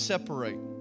separate